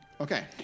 Okay